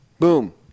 Boom